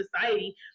society